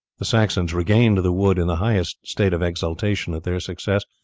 the saxons regained the wood in the highest state of exultation at their success,